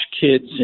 kids